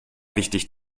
wichtig